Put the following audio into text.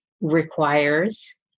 requires